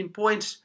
points